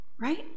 right